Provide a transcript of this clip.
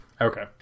Okay